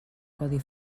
codi